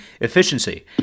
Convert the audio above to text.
efficiency